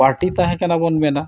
ᱯᱟᱴᱤ ᱛᱟᱦᱮᱸ ᱠᱟᱱᱟᱵᱚᱱ ᱢᱮᱱᱟ